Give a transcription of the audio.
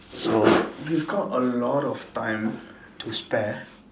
so we've got a lot of time to spare